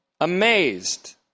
amazed